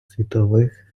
світових